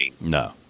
No